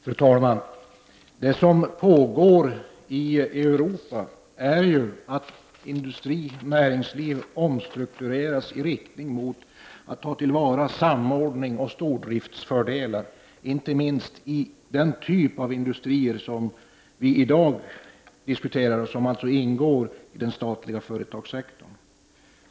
Fru talman! Det som pågår i Europa är ju att industri och näringsliv omstruktureras i riktning mot att man tar till vara samordningsoch stordriftsfördelar. Det gäller inte minst sådana industrier som vi i dag diskuterar och som alltså ingår i den statliga företagssektorn.